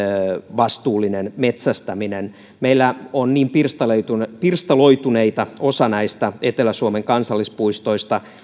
vastuullinen metsästäminen meillä on niin pirstaloituneita pirstaloituneita osa näistä etelä suomen kansallispuistoista